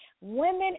women